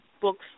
books